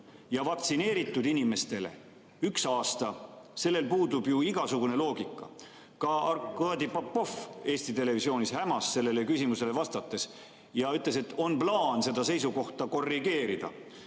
aga vaktsineeritud inimestele üks aasta? Sellel puudub ju igasugune loogika. Ka Arkadi Popov Eesti Televisioonis hämas sellele küsimusele vastates ja ütles, et on plaan seda seisukohta korrigeerida.